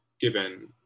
given—